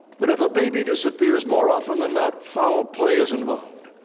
but if a baby disappears, more often than not, foul play is involved.